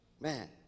Man